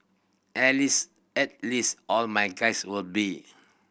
at least at least all my guys will be